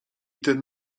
ten